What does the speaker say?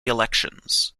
elections